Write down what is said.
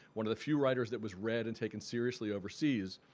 one of the few writers that was read and taken seriously overseas.